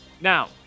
Now